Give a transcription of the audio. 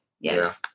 Yes